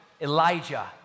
Elijah